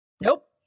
Nope